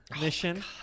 mission